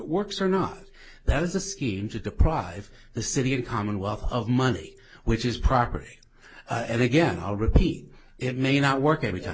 works or not that is a scheme to deprive the city a commonwealth of money which is proper and again i'll repeat it may not work every